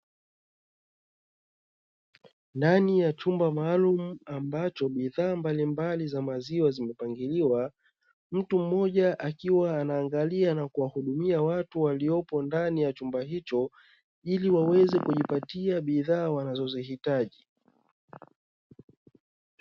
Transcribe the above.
Ndani ya chumba maalumu ambacho bidhaa mbalimbali maziwa zimepangiliwa. Mtu mmoja akiwa anaangalia na kuwahudumia watu, waliopo ndani ya chumba hicho ili waweze kujipatia bidhaa wanazohitaji.